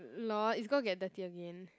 lor it's gonna get dirty again